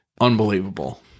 unbelievable